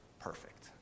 perfect